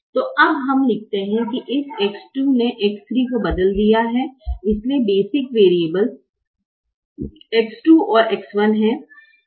तो अब हम लिखते हैं कि इस X 2 ने X 3 को बदल दिया है इसलिए बेसिक वरीयब्लेस X 2 और X 1 हैं